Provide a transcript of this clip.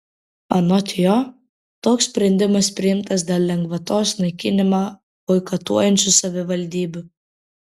anot jo toks sprendimas priimtas dėl lengvatos naikinimą boikotuojančių savivaldybių